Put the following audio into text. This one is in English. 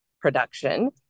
production